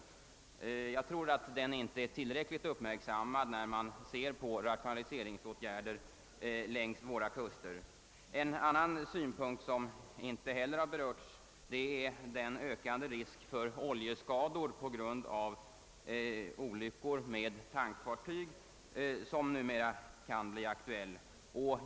När man studerar rationaliseringsåtgärderna längs våra kuster kommer man fram till att denna synpunkt inte torde vara tillräckligt uppmärksammad. En annan synpunkt som inte beaktats är den ökande risk för oljeskador skärgård på grund av olyckor med tankfartyg som numera kan bli aktuell.